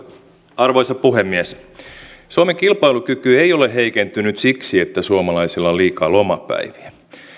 arvoisa puhemies suomen kilpailukyky ei ole heikentynyt siksi että suomalaisilla on liikaa lomapäiviä